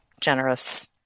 generous